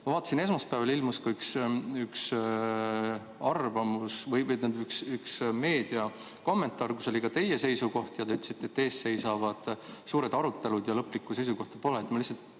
Ma vaatasin, et esmaspäeval ilmus üks arvamus või, õigemini, üks meediakommentaar, kus oli ka teie seisukoht. Te ütlesite, et ees seisavad suured arutelud ja lõplikku seisukohta pole.